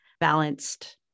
balanced